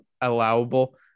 allowable